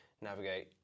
navigate